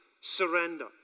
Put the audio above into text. surrender